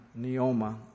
neoma